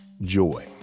joy